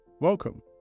Welcome